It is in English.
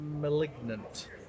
Malignant